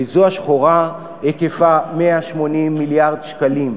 וזו השחורה היקפה 180 מיליארד שקלים.